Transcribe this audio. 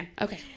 Okay